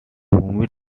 humid